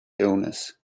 illness